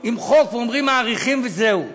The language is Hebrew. עם החוק ולומר: מאריכים, וזהו.